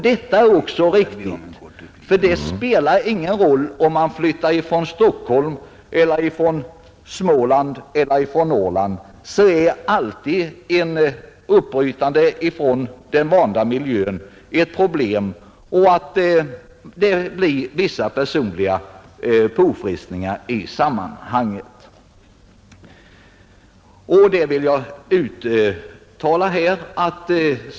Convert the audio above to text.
Det spelar ju ingen roll om man flyttar från Stockholm eller från Småland eller från Norrland; ett uppbrytande från den vanda miljön är alltid ett problem och det blir vissa personliga påfrestningar i sammanhanget.